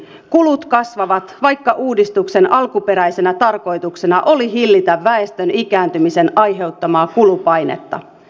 kulut kasvavat vaikka uudistuksen alkuperäisenä tarkoituksena oli hillitä väestön ikääntymisen aiheuttamaa kulupainetta